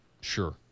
Sure